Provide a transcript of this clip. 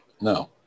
no